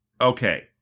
Okay